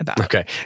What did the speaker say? Okay